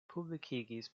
publikigis